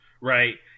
Right